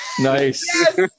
Nice